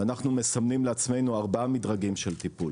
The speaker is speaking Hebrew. ואנחנו מסמנים לעצמנו ארבעה מדרגים של טיפול.